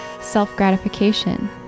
self-gratification